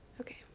Okay